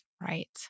right